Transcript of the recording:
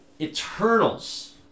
Eternals